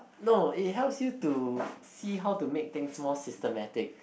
no it helps you to see how to make thing more systematic